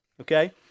okay